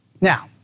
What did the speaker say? Now